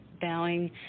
bowing